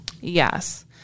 Yes